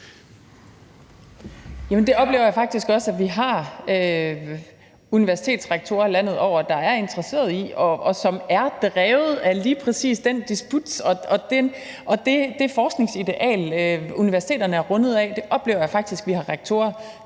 det oplever jeg faktisk også at vi har universitetsrektorer landet over der er interesserede i, og de er drevet af lige præcis den disput. Og det forskningsideal, universiteterne er rundet af, oplever jeg faktisk at vi har rektorer